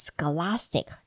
Scholastic